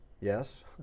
Yes